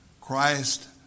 Christ